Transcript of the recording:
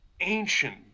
ancient